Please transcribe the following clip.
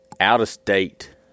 out-of-state